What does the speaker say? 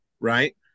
Right